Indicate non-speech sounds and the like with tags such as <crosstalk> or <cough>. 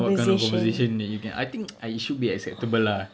what kind of conversation that you can <noise> I think it should be acceptable lah